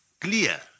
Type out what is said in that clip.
clear